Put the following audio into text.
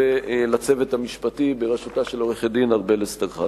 ולצוות המשפטי בראשותה של עורכת-הדין ארבל אסטרחן.